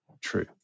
True